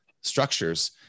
structures